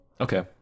okay